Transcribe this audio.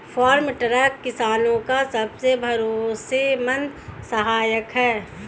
farm truck किसानो का सबसे भरोसेमंद सहायक है